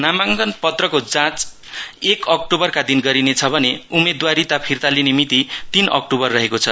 नामाङकन पत्रको जाँच एक अक्टोबरका दिन गरिने छ भने उम्मेद्वारिता फिर्ता लिने मिती तीन अक्टोबर रहेको छ